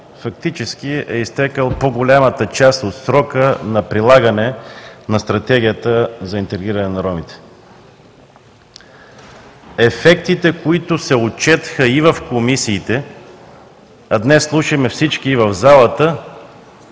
Фактически е изтекла по-голямата част от срока на прилагане на Стратегията за интегриране на ромите. Ефектите, които се отчетоха и в комисиите, а днес слушаме всички в залата,